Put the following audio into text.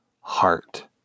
heart